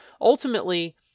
ultimately